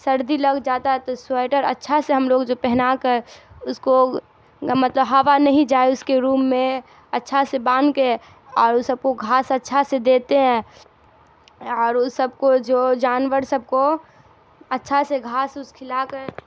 سردی لگ جاتا ہے تو سویٹر اچھا سے ہم لوگ جو پہنا کر اس کو مطلب ہوا نہیں جائے اس کے روم میں اچھا سے باندھ کے اور اس سب کو گھاس اچھا سے دیتے ہیں اور اس سب کو جو جانور سب کو اچھا سے گھاس اس کھلا کر